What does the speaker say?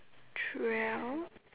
twelve